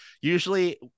usually